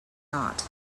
not